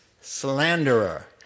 slanderer